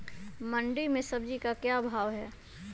मंडी में सब्जी का क्या भाव हैँ?